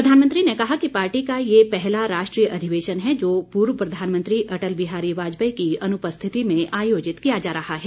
प्रधानमंत्री ने कहा कि पार्टी का ये पहला राष्ट्रीय अधिवेशन है जो पूर्व प्रधानमंत्री अटल बिहारी वाजपेयी की अनुपस्थिति में आयोजित किया जा रहा है